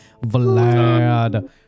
Vlad